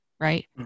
Right